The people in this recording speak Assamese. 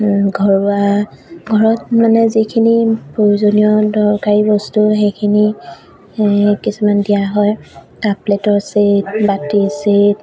ঘৰুৱা ঘৰত মানে যিখিনি প্ৰয়োজনীয় দৰকাৰী বস্তু সেইখিনি কিছুমান দিয়া হয় কাপ প্লে'টৰ ছেট বাটিৰ ছেট